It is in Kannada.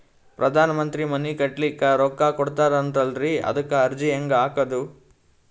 ಪ್ರಧಾನ ಮಂತ್ರಿ ಮನಿ ಕಟ್ಲಿಕ ರೊಕ್ಕ ಕೊಟತಾರಂತಲ್ರಿ, ಅದಕ ಅರ್ಜಿ ಹೆಂಗ ಹಾಕದು?